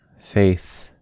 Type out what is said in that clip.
faith